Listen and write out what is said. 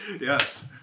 Yes